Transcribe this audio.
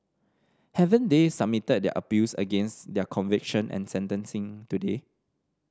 haven't they submitted their appeals against their conviction and sentencing today